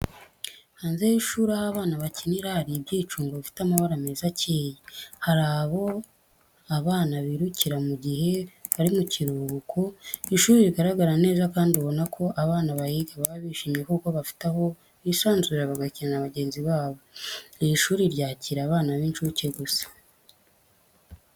Hanze y'ishuri aho abana bakinira, hari ibyicungo, bifite amabara meza akeye, hari abo abana birukira mu gihe bari mu kiruhuko, ishuri rigaragara neza kandi ubona ko abana bahiga baba bishimye kuko bafite aho bisanzurira bagakina n'abagenzi babo. Iri shuri ryakira abana b'incuke gusa.